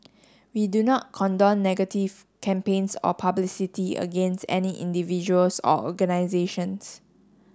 we do not condone negative campaigns or publicity against any individuals or organisations